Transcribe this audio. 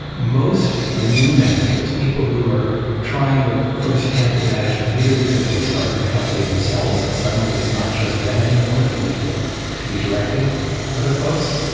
most new managers, people who are trying their first-hand management either because they started the company themselves and suddenly it's not just them anymore and they need to to be directing other folks,